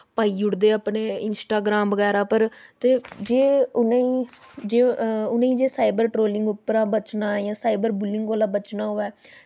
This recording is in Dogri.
पाई ओड़दे अपने इंस्टाग्राम बगैरा उप्पर ते जे उ'नें गी जे उ'नें गी जे साइवर ट्रोलिंग उप्परा बचना ऐ जां साइवर बुलिंग उप्परा दा बचना होऐ